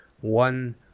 one